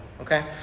okay